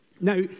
Now